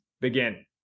begin